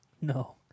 No